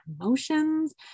emotions